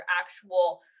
actual